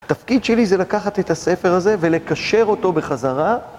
התפקיד שלי זה לקחת את הספר הזה, ולקשר אותו בחזרה.